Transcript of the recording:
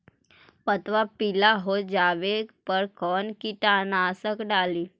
पतबा पिला हो जाबे पर कौन कीटनाशक डाली?